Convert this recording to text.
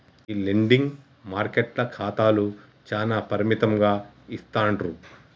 ఈ లెండింగ్ మార్కెట్ల ఖాతాలు చానా పరిమితంగా ఇస్తాండ్రు